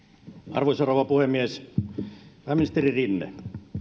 arvoisa rouva puhemies pääministeri rinne